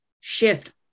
shift